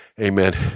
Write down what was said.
Amen